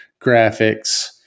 graphics